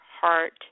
heart